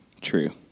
True